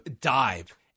dive